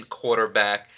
quarterback